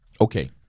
okay